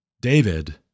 David